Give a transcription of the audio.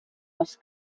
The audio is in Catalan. els